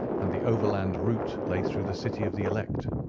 and the overland route lay through the city of the elect.